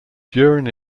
during